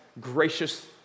gracious